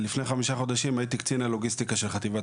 לפני חמישה חודשים הייתי קצין הלוגיסטיקה של חטיבת